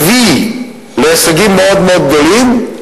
הביא להישגים מאוד מאוד גדולים,